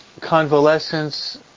convalescence